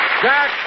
Jack